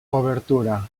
obertura